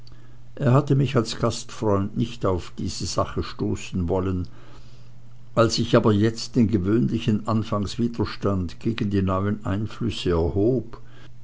er hatte mich als gastfreund nicht auf die sache stoßen wollen als ich aber jetzt den gewöhnlichen anfangswiderstand gegen die neuen einflüsse erhob